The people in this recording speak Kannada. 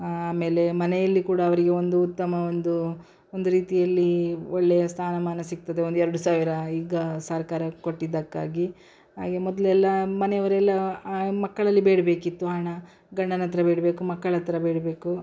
ಆಮೇಲೆ ಮನೆಯಲ್ಲಿ ಕೂಡ ಅವರಿಗೆ ಒಂದು ಉತ್ತಮ ಒಂದು ಒಂದು ರೀತಿಯಲ್ಲಿ ಒಳ್ಳೆಯ ಸ್ಥಾನಮಾನ ಸಿಗ್ತದೆ ಒಂದು ಎರಡು ಸಾವಿರ ಈಗ ಸರ್ಕಾರ ಕೊಟ್ಟಿದ್ದಕ್ಕಾಗಿ ಹಾಗೆ ಮೊದಲೆಲ್ಲಾ ಮನೆಯವರೆಲ್ಲ ಮಕ್ಕಳಲ್ಲಿ ಬೇಡಬೇಕಿತ್ತು ಹಣ ಗಂಡನ ಹತ್ರ ಬೇಡಬೇಕು ಮಕ್ಕಳ ಹತ್ರ ಬೇಡಬೇಕು